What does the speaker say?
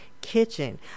kitchen